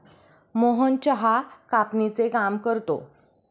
मोहन चहा कापणीचे काम करतो